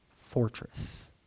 fortress